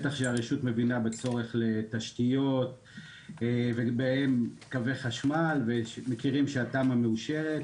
בטח שהרשות מבינה בצורך בתשתיות ובקווי חשמל ומכירים שהתמ"א מאושרת.